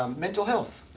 um mental health.